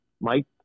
Mike